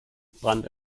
brand